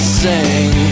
sing